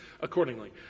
accordingly